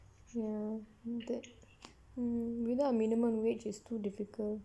ya mm without a minimum wage is too difficult